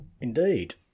Indeed